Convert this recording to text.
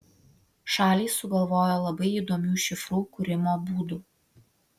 šalys sugalvojo labai įdomių šifrų kūrimo būdų